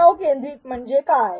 शिकाऊ केंद्रित म्हणजे काय